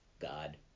God